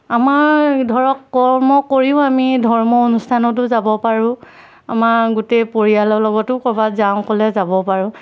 আমাৰ ধৰক কৰ্ম কৰিও আমি ধৰ্ম অনুষ্ঠানতো যাব পাৰোঁ আমাৰ গোটেই পৰিয়ালৰ লগতো ক'ৰবাত যাওঁ ক'লে যাব পাৰোঁ